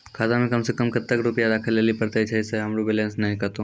खाता मे कम सें कम कत्ते रुपैया राखै लेली परतै, छै सें हमरो बैलेंस नैन कतो?